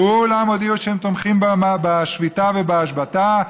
כולם הודיעו שהם תומכים בשביתה ובהשבתה,